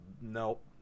nope